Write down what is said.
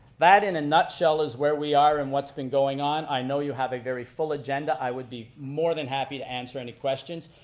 that in a nutshell is where we are and what's been going on. i know you have a very full agenda i would be more than happy to answer any questions.